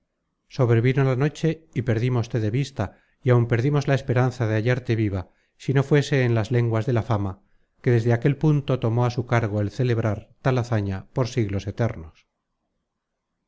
sobrevino la noche y perdímoste de vista y áun perdimos la esperanza de hallarte viva si no fuese en las lenguas de la fama que desde aquel punto tomó á su cargo el celebrar tal hazaña por siglos eternos